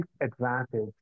advantage